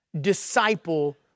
Disciple